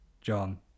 John